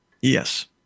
yes